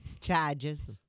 Charges